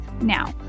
Now